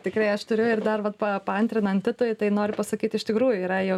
tikrai aš turiu ir dar vat pa pantrinant titui tai noriu pasakyt iš tikrųjų yra jau